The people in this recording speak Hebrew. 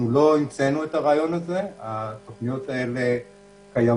אנחנו לא המצאנו את הרעיון הזה התוכניות האלה קיימות,